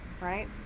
right